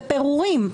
בפירורים?